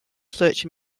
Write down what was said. such